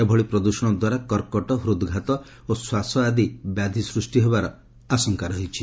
ଏଭଳି ପ୍ରଦୂଷଣ ଦ୍ୱାରା କର୍କଟ ହୃଦ୍ଘାତ ଓ ଶ୍ୱାସ ଆଦି ବ୍ୟାଧି ସୃଷ୍ଟି ହେବାର ଆଶଙ୍କା ରହିଛି